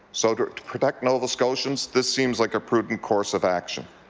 so to protect nova scotians, this seems like a prudent course of action.